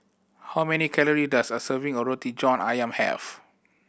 how many calorie does a serving of Roti John Ayam have